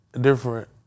different